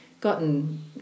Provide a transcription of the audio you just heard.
gotten